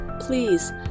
Please